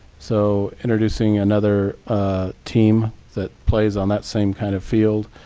so introducing another ah team that plays on that same kind of field